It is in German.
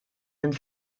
sind